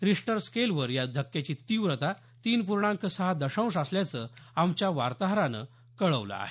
Richter स्केलवर या धक्क्याची तीव्रता तीन पूर्णांक सहा दशांश असल्याचं आमच्या वार्ताहरानं कळवलं आहे